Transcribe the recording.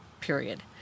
period